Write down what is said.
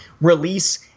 release